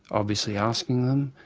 obviously asking them,